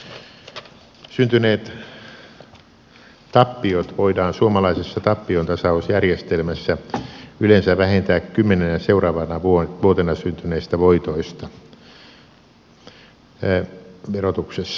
syntyneet tappiot voidaan suomalaisessa tappiontasausjärjestelmässä yleensä vähentää kymmenenä seuraavana vuotena syntyneistä voitoista verotuksessa